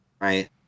Right